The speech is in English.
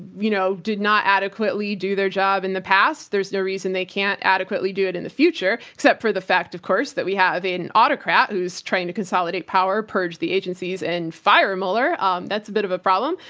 you know, did not adequately do their job in the past, there's no reason they can't adequately do it in the future except for the fact, of course, that we have an autocrat who's trying to consolidate power, purge the agencies and fire mueller. um that's a bit of a problem,